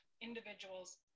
individuals